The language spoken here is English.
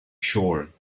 shore